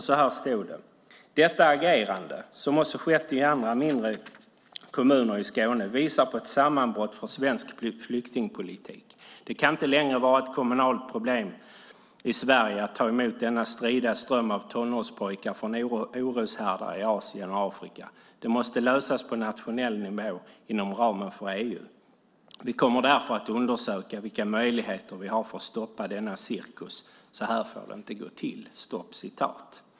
Så här stod det: Detta agerande, som också skett i andra mindre kommuner i Skåne, visar på ett sammanbrott för svensk flyktingpolitik. Det kan inte längre vara ett kommunalt problem i Sverige att ta emot denna strida ström av tonårspojkar från oroshärdar i Asien och Afrika. Det måste lösas på nationell nivå inom ramen för EU. Vi kommer därför att undersöka vilka möjligheter vi har för att stoppa denna cirkus. Så här får det inte gå till.